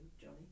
Johnny